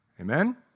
Amen